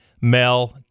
Mel